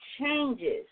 changes